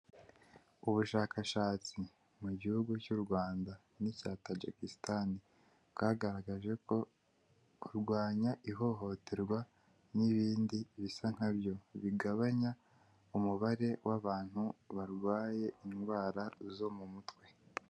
Ubushakashatsi mu gihugu cy'u Rwanda n'icya Tajikisitani, bwagaragaje ko kurwanya ihohoterwa n'ibindi bisa nkabyo bigabanya umubare w'abantu barwaye indwara zo mu mutwe.